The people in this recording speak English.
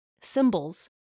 symbols